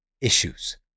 issues